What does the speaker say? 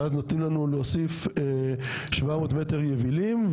ואז נתנו לנו להוציא 700 מטרים יבילים,